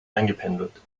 eingependelt